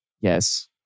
Yes